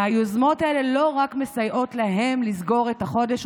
והיוזמות האלה לא רק מסייעות להם לסגור את החודש,